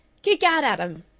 kick aht at em!